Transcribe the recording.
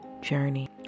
journey